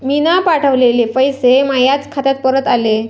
मीन पावठवलेले पैसे मायाच खात्यात परत आले